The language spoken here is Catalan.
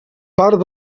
part